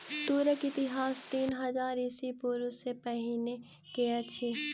तूरक इतिहास तीन हजार ईस्वी पूर्व सॅ पहिने के अछि